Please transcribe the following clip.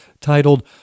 titled